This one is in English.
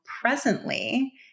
presently